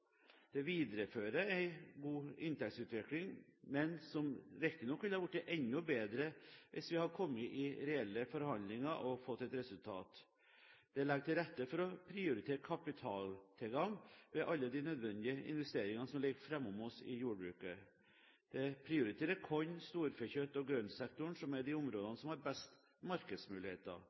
Det viderefører en god inntektsutvikling, som riktignok ville blitt enda bedre hvis vi hadde kommet i reelle forhandlinger og fått et resultat. Det legger til rette for å prioritere kapitaltilgang ved alle de nødvendige investeringene som ligger foran oss i jordbruket. Det prioriterer korn-, storfekjøtt- og grøntsektoren, som er de områdene som har best markedsmuligheter,